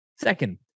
Second